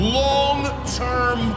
long-term